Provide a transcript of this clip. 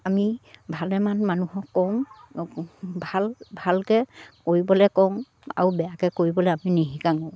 আমি ভালেমান মানুহক কওঁ ভাল ভালকে কৰিবলে কওঁ আও বেয়াকে কৰিবলে আমি